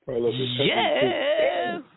yes